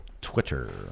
Twitter